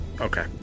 Okay